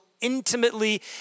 intimately